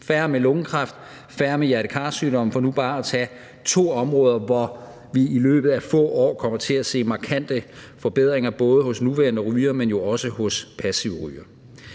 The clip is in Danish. færre med lungekræft, færre med hjerte-kar-sygdomme, for nu bare at tage to områder, hvor vi i løbet af få år kommer til at se markante forbedringer både hos nuværende rygere, men jo også hos passive rygere.